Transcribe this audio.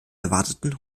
erwarteten